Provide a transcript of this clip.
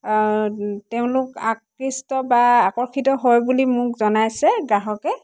তেওঁলোক আকৃষ্ট বা আকৰ্ষিত হয় বুলি মোক জনাইছে গ্ৰাহকে